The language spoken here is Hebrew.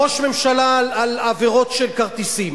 ראש ממשלה על עבירות של כרטיסים.